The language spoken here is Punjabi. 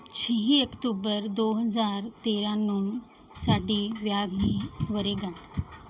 ਛੇ ਅਕਤੂਬਰ ਦੋ ਹਜ਼ਾਰ ਤੇਰ੍ਹਾਂ ਨੂੰ ਸਾਡੀ ਵਿਆਹ ਦੀ ਵਰ੍ਹੇਗੰਢ